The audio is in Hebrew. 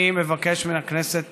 אני מבקש מן הכנסת